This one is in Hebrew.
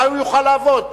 מתי הוא יוכל לעבוד,